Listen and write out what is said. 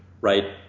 right